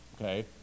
Okay